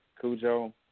Cujo